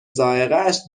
ذائقهاش